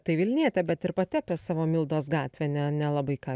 tai vilnietė bet ir pati apie savo mildos gatvę ne nelabai ką